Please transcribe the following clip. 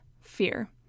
fear